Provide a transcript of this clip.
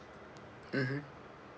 mmhmm